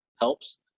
helps